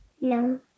no